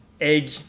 egg